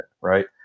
Right